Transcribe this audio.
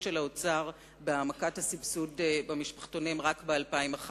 של האוצר בהעמקת הסבסוד למשפחתונים רק ב-2011,